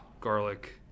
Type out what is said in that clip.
garlic